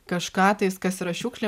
kažką tais kas yra šiukšlė